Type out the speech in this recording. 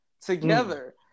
together